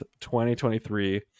2023